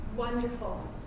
wonderful